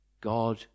God